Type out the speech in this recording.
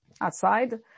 outside